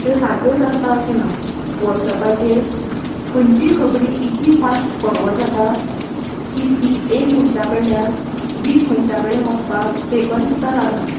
त्यो सारक्योच आसता अशे ना वॉट्सऍपाचेर खंयचीय खबरी इतली फास्ट फॉर्वड जाता की ती एक मनशां कडल्यान वीस मनशां कडेन वचपाक सेकंद सुद्दां लागना